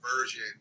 version